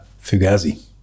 fugazi